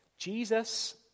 Jesus